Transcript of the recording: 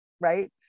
right